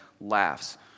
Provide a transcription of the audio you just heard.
laughs